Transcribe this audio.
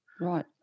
Right